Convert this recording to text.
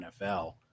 NFL